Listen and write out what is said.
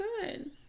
good